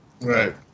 Right